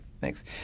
thanks